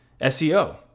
SEO